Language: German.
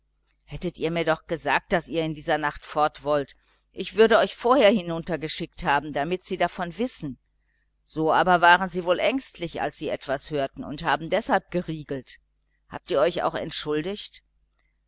hättet ihr mir doch gesagt daß ihr in dieser nacht fort wollt ich würde euch vorher hinunter geschickt haben damit sie davon wissen so aber waren sie wohl ängstlich als sie etwas hörten und haben deshalb geriegelt habt ihr euch recht entschuldigt